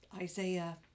Isaiah